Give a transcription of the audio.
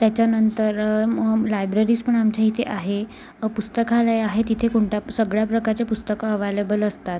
त्याच्यानंतर मग लायब्ररीज पण आमच्या इथे आहे पुस्तकालय आहेत इथे कोणत्या सगळ्या प्रकारचे पुस्तकं अव्हायलेबल असतात